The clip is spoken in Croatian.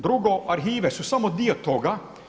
Drugo, arhive su samo dio toga.